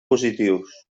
positius